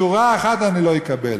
שורה אחת אני לא אקבל.